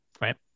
right